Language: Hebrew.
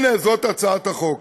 הנה, זאת הצעת החוק.